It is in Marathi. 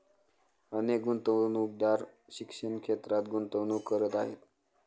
अनेक गुंतवणूकदार शिक्षण क्षेत्रात गुंतवणूक करत आहेत